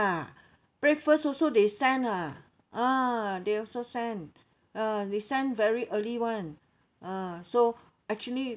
ah breakfast also they send ah ah they also send ah they send very early [one] ah so actually